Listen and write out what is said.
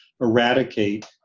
eradicate